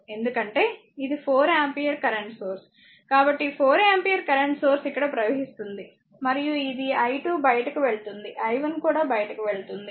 ఇది 4 ampere current source కాబట్టి ఈ 4 ఆంపియర్ కరెంట్ సోర్స్ ఇక్కడ ప్రవేశిస్తోంది మరియు ఇది i2 బయటకు వెళుతుంది i1 కూడా బయటకు వెళుతుంది